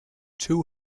two